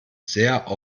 sehr